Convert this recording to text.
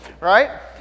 right